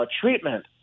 treatment